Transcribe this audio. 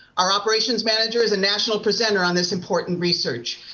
our operations manager is a national presenter on this important research.